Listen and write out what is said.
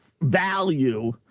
value